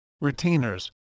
retainers